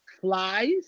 flies